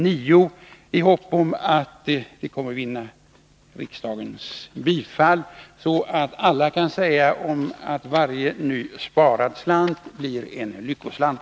Min förhoppning är att reservationen kommer att vinna riksdagens bifall, så att vi alla kan säga att varje ny sparad slant blir en lyckoslant.